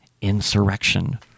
insurrection